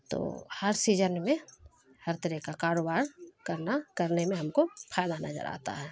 تو ہر سیزن میں ہر طرح کا کاروبار کرنا کرنے میں ہم کو فائدہ نظر آتا ہے